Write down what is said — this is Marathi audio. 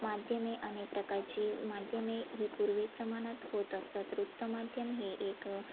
माध्यमे अनेक प्रकारची माध्यमे ही पूर्वी प्रमाणात होत असतात वृत्तमाध्यम हे एक